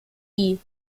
die